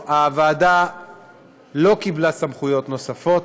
הוועדה לא קיבלה סמכויות נוספות,